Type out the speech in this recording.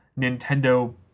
Nintendo